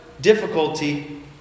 difficulty